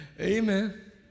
Amen